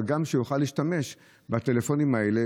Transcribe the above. אבל גם כדי שהוא יוכל להשתמש בטלפונים האלה